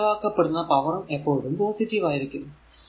അതിൽ ചെലവാക്കപ്പെടുന്ന പവറും എപ്പോഴും പോസിറ്റീവ് ആയിരിക്കും